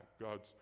God's